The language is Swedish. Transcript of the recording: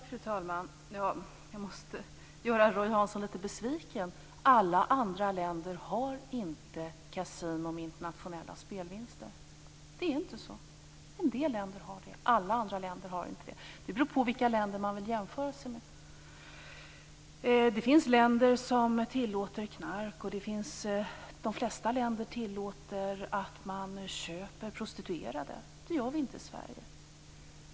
Fru talman! Jag måste göra Roy Hansson lite besviken. Alla andra länder har inte kasino med internationella spelvinster. Det är inte så. En del länder har det. Alla andra länder har det inte. Det beror på vilka länder man vill jämföra sig med. Det finns länder som tillåter knark, och de flesta länder tillåter att man köper prostituerade. Det gör vi inte i Sverige.